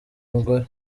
mugore